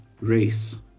race